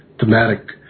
thematic